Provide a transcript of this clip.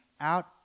out